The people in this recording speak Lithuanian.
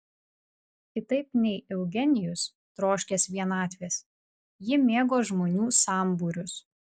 kitaip nei eugenijus troškęs vienatvės ji mėgo žmonių sambūrius